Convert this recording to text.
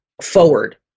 forward